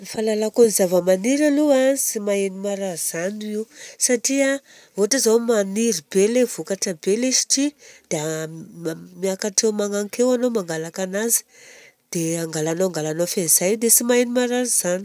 Ny fahalalako ny zava-maniry aloha a, tsy maheno marary izany io. Satria ohatra izao maniry be ilay vokatra be letisia dia miakatra eo magnanika eo anao mangalaka anazy dia angalanao angalanao fehizay io dia tsy maharegny marary izany.